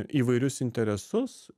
įvairius interesus